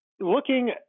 looking